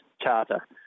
charter